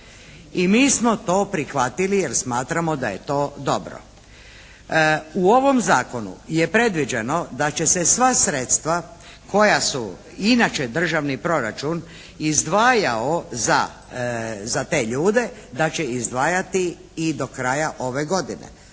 I mi smo to prihvatili jer smatramo da je to dobro. U ovom zakonu je predviđeno da će se sva sredstva koja su inače državni proračun izdvajao za te ljude, da će izdvajati i do kraja ove godine